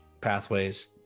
pathways